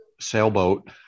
sailboat